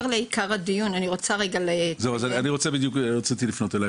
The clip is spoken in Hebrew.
אני רוצה --- רציתי לפנות אלייך.